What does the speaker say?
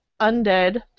Undead